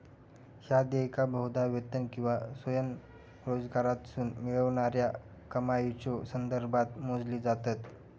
ह्या देयका बहुधा वेतन किंवा स्वयंरोजगारातसून मिळणाऱ्या कमाईच्यो संदर्भात मोजली जातत